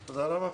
לכולם.